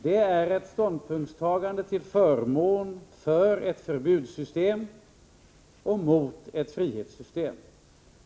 Det är ett ställningstagande till förmån för ett förbudssystem och mot ett frihetssystem.